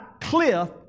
cliff